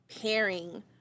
pairing